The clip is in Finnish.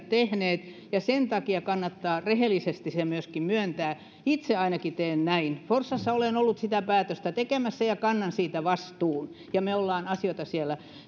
tehneet ja sen takia kannattaa rehellisesti se myöskin myöntää itse ainakin teen näin forssassa olen ollut sitä päätöstä tekemässä ja kannan siitä vastuun ja me olemme asioita siellä